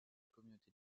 communauté